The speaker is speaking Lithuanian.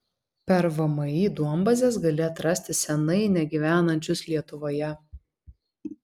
per vmi duombazes gali atrasti senai negyvenančius lietuvoje